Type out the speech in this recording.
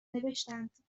نوشتند